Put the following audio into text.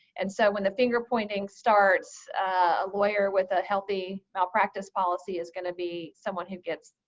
and so when the finger pointing starts, a lawyer with a healthy malpractice policy is going to be someone who gets